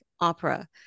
opera